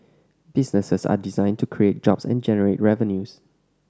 businesses are designed to create jobs and generate revenues